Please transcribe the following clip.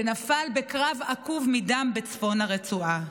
שנפל בקרב עקוב מדם בצפון הרצועה.